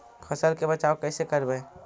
फसल के बचाब कैसे करबय?